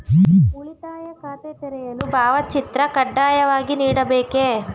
ಉಳಿತಾಯ ಖಾತೆ ತೆರೆಯಲು ಭಾವಚಿತ್ರ ಕಡ್ಡಾಯವಾಗಿ ನೀಡಬೇಕೇ?